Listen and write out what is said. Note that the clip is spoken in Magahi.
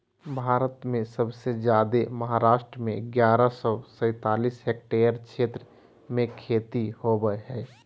भारत में सबसे जादे महाराष्ट्र में ग्यारह सौ सैंतालीस हेक्टेयर क्षेत्र में खेती होवअ हई